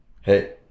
Hey